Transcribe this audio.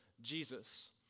Jesus